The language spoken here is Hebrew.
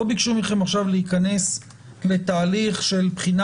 לא ביקשו מכם עכשיו להיכנס לתהליך של בחינה